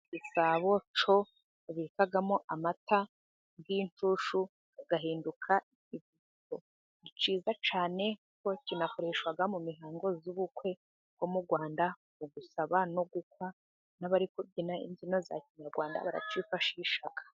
Igisabo cyo babikamo amata y'ishyushyu agahinduka ikivuguto cyiza cyane, kuko kinakoreshwa mu mihango y'ubukwe bwo mu rwanda mugusaba no gukwa, n'abari kubyina imbyino za kinyarwanda baracyifashisha.